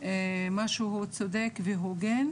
משהו צודק והוגן,